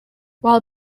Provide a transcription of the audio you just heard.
while